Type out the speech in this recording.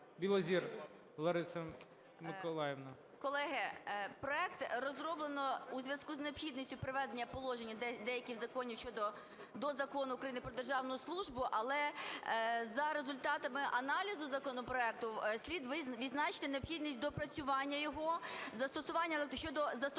Білозір Лариса Миколаївна.